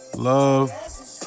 Love